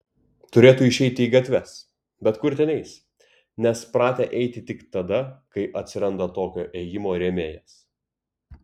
turėtų išeiti į gatves bet kur ten eis nes pratę eiti tik tada kai atsiranda tokio ėjimo rėmėjas